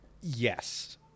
Yes